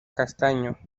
castaño